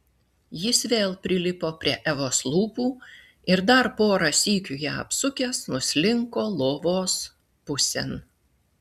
jis vėl prilipo prie evos lūpų ir dar porą sykių ją apsukęs nuslinko lovos pusėn